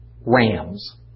rams